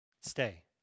Stay